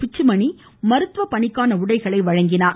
பிச்சுமணி மருத்துவ பணிக்கான உடைகளை வழங்கினார்